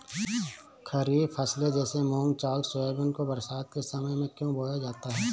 खरीफ फसले जैसे मूंग चावल सोयाबीन को बरसात के समय में क्यो बोया जाता है?